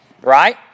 right